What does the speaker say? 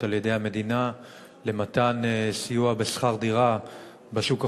על-ידי המדינה למתן סיוע בשכר דירה בשוק החופשי,